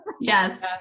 Yes